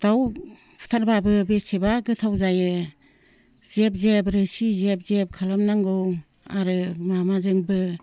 दाउ बुथारबाबो बेसेबा गोथाव जायो जेब जेब रोसि जेब जेब खालामनांगौ आरो माबाजोंबो